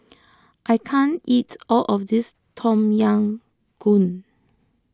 I can't eat all of this Tom Yam Goong